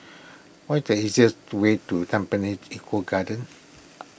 what the easiest way to Tampines Eco Garden